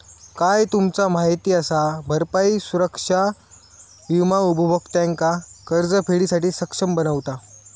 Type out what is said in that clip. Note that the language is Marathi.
काय तुमचा माहित असा? भरपाई सुरक्षा विमा उपभोक्त्यांका कर्जफेडीसाठी सक्षम बनवता